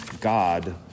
God